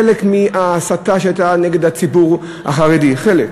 חלק מההסתה שהייתה נגד הציבור החרדי, חלק,